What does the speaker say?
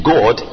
God